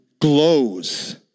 glows